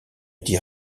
dit